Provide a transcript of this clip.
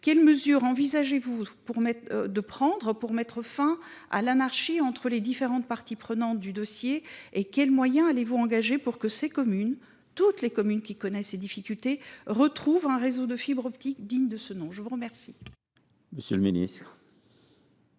quelles mesures envisagez vous de prendre pour mettre fin à l’anarchie entre les différentes parties prenantes du dossier et quels moyens allez vous engager pour que toutes les communes qui connaissent ces difficultés retrouvent un réseau de fibre optique digne de ce nom ? La parole